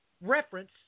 reference